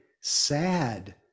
sad